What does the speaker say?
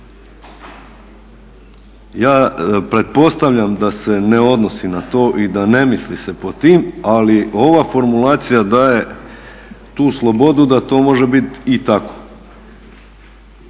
Ja pretpostavljam da se ne odnosi na to i da ne misli se pod tim ali ova formulacija daje tu slobodu da to može biti i tako.